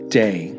day